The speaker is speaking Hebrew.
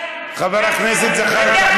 חבר הכנסת זחאלקה.